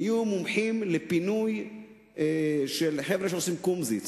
נהיו מומחים לפינוי של חבר'ה שעושים קומזיץ.